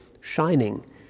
shining